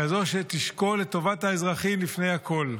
כזו שתשקול את טובת האזרחים לפני הכול.